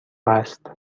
است